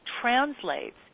translates